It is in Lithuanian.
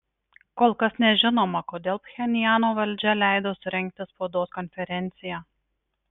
kol kas nežinoma kodėl pchenjano valdžia leido surengti spaudos konferenciją